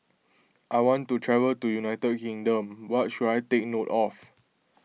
I want to travel to United Kingdom what should I take note of